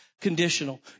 Conditional